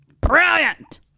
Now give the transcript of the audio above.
brilliant